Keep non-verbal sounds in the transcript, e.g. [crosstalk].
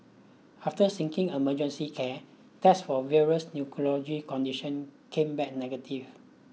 after seeking emergency care tests for various [unintelligible] condition came back negative